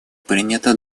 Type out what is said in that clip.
принято